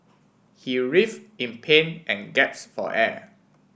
he writhe in pain and gasp for air